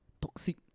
toxic